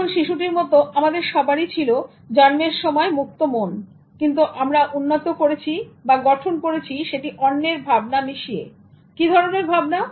যেমন শিশুটির মতো আমাদের সবারই ছিল জন্মের সময় ছিল মুক্ত মন কিন্তু আমরা উন্নত করেছি বা গঠন করেছি সেটি অন্যের ভাবনা মিশিয়ে কি ধরনের ভাবনা